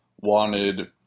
wanted